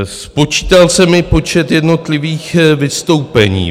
Spočítal jsem i počet jednotlivých vystoupení.